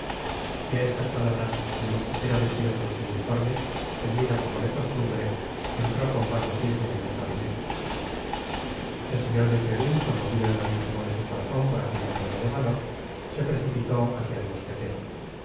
á estas palabras el mosquetero vestido con su uniforme ceñido como de costumbre entró con paso firme en el gabinete el señor de treville conmovido en lo intimo de su corazon por aquella prueba de valor se precipitó hácia el mosquetero